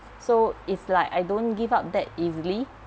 so it's like I don't give up that easily